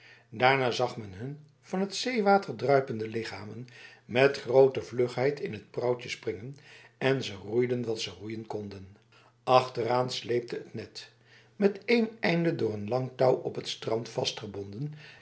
daarna zag men hun van t zeewater druipende lichamen met grote vlugheid in t prauwtje springen en ze roeiden wat ze roeien konden achteraan sleepte het net met één einde door een lang touw op t strand